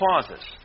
clauses